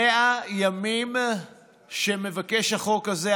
100 ימים שמבקש החוק הזה,